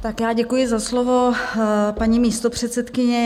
Tak já děkuji za slovo, paní místopředsedkyně.